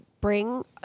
bring